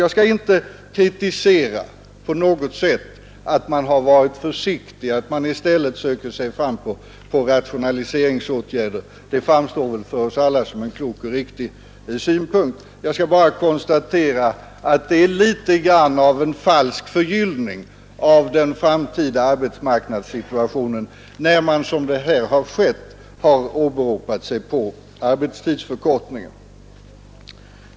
Jag skall inte kritisera att man varit försiktig, att man i stället söker sig fram genom rationaliseringsåtgärder. Det framstår för oss alla som en klok och riktig politik. Jag skall däremot konstatera att det är något av en falsk förgyllning av den framtida arbetsmarknadssituationen, när man som nu skett åberopar sig på arbetstidsförkortningen för att ge en ljusare bild av läget.